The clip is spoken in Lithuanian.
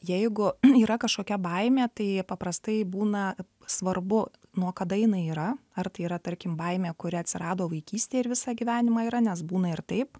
jeigu yra kažkokia baimė tai paprastai būna svarbu nuo kada jinai yra ar tai yra tarkim baimė kuri atsirado vaikystėj ir visą gyvenimą yra nes būna ir taip